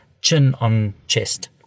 chin-on-chest